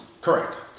Correct